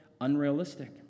unrealistic